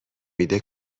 میده